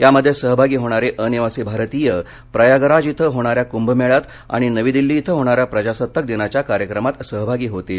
यामध्ये सहभागी होणारे अनिवासी भारतीय प्रयागराज इथं होणाऱ्या कुंभमेळ्यात आणि नवी दिल्ली इथं होणाऱ्या प्रजासत्ताक दिनाच्या कार्यक्रमात सहभागी होतील